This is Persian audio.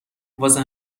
واسه